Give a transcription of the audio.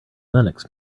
linux